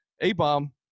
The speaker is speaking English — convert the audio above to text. A-Bomb